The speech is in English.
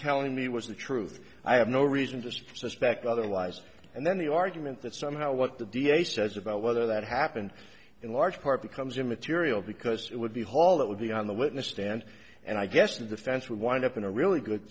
telling me was the truth i have no reason to suspect otherwise and then the argument that somehow what the d a says about whether that happened in large part becomes immaterial because it would be hall it would be on the witness stand and i guess the defense would wind up in a really good